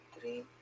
three